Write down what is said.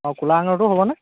অঁ ক'লা আঙুৰটো হ'বনে